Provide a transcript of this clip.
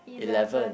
eleven